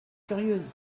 curieuse